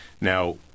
Now